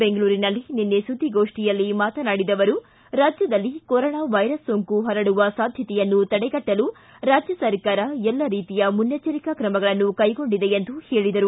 ಬೆಂಗಳೂರಿನಲ್ಲಿ ನಿನ್ನೆ ಸುದ್ದಿಗೋಷ್ಠಿಯಲ್ಲಿ ಮಾತನಾಡಿದ ಅವರು ರಾಜ್ಯದಲ್ಲಿ ಕೋರೊನಾ ವೈರಸ್ ಸೋಂಕು ಪರಡುವ ಸಾಧ್ಯತೆಯನ್ನು ತಡೆಗಟ್ಟಲು ರಾಜ್ಯ ಸರ್ಕಾರ ಎಲ್ಲ ರೀತಿಯ ಮುನ್ನೆಚ್ಚರಿಕಾ ಕ್ರಮಗಳನ್ನು ಕೈಗೊಂಡಿದೆ ಎಂದು ಹೇಳಿದರು